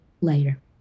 later